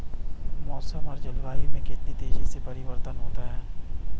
मौसम और जलवायु में कितनी तेजी से परिवर्तन होता है?